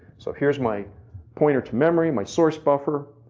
so here's my pointer to memory, my source buffer.